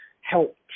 help